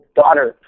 daughter